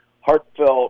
heartfelt